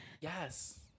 Yes